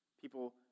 People